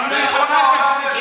בכל מקום בעולם,